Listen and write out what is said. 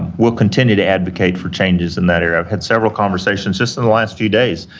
we'll continue to advocate for changes in that area. i've had several conversations just in the last few days,